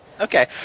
Okay